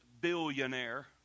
billionaire